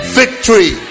victory